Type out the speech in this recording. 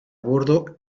bordo